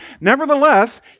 nevertheless